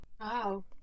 Wow